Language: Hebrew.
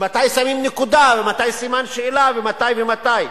ומתי שמים נקודה, ומתי סימן שאלה, ומתי ומתי,